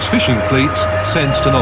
fishing fleets sensed